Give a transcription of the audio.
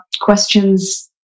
questions